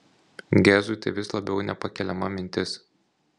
gezui tai vis labiau nepakeliama mintis